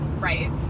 Right